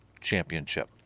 championship